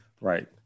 right